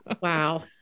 Wow